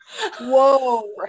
Whoa